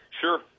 Sure